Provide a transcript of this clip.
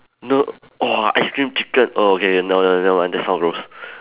no !whoa! ice cream chicken okay no no no that sounds gross